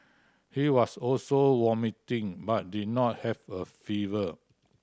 he was also vomiting but did not have a fever